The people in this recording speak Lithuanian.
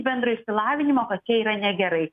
bendro išsilavinimo kad čia yra negerai